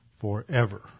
forever